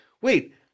wait